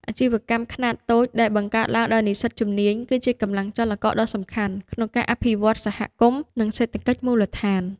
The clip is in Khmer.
អាជីវកម្មខ្នាតតូចដែលបង្កើតឡើងដោយនិស្សិតជំនាញ គឺជាកម្លាំងចលករដ៏សំខាន់ក្នុងការអភិវឌ្ឍសហគមន៍ និងសេដ្ឋកិច្ចមូលដ្ឋាន។